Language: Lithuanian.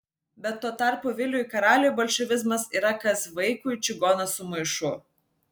bet tuo tarpu viliui karaliui bolševizmas yra kas vaikui čigonas su maišu